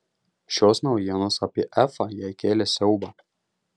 šios naujienos apie efą jai kėlė siaubą